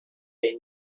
they